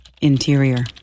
interior